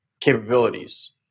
capabilities